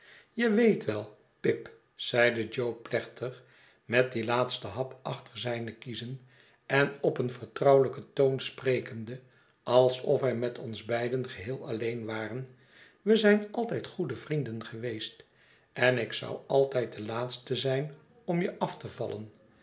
je weet wel pip zeide jo plechtig met dien laatsten hap achter zijne kiezen en op een vertrouwelijken toon sprekende alsof wij met ons beiden geheel alleen waren we zijn altijd goede vrienden geweest en ik zou altijd de laatste zijn om je af te vallen